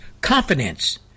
confidence